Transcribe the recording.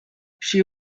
she